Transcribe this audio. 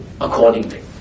accordingly